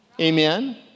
Amen